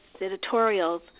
editorials